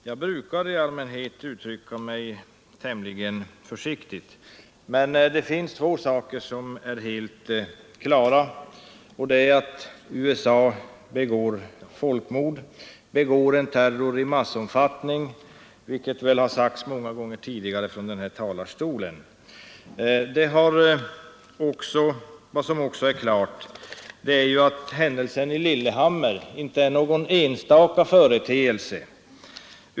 Herr talman! Jag brukar i allmänhet uttrycka mig tämligen försiktigt. Men det finns två saker som är helt klara och det är att USA begår folkmord och utövar en terror i väldig omfattning, vilket väl har sagts många gånger tidigare från den här talarstolen. Det är också klart att händelsen i Lillehammer inte är någon enstaka företeelse.